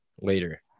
later